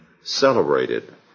celebrated